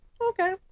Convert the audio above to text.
Okay